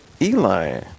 Eli